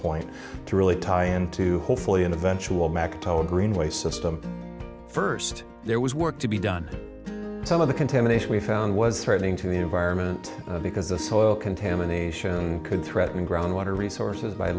point to really tie into hopefully an eventual back to a green way system first there was work to be done some of the contamination we found was threatening to the environment because the soil contamination could threaten groundwater resources by